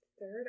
Third